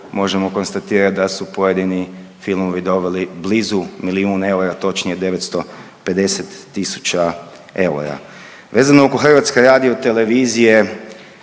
možemo konstatirat da su pojedini filmovi dobili blizu milijun eura točnije 950 tisuća eura. Vezano oko HRT-a koja ima propisano